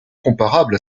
comparable